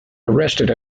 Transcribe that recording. arrested